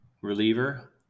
reliever